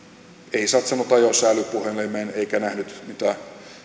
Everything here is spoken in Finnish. ei satsannut ajoissa älypuhelimeen eikä nähnyt mitä